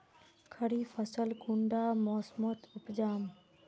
खरीफ फसल कुंडा मोसमोत उपजाम?